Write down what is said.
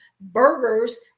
burgers